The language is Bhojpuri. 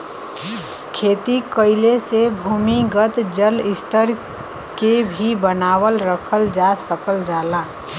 खेती कइले से भूमिगत जल स्तर के भी बनावल रखल जा सकल जाला